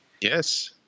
Yes